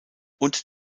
und